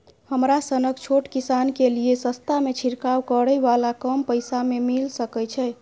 हमरा सनक छोट किसान के लिए सस्ता में छिरकाव करै वाला कम पैसा में मिल सकै छै?